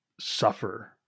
suffer